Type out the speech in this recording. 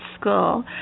School